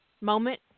moment